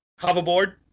hoverboard